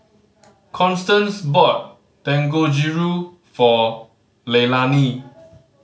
Constance bought Dangojiru for Leilani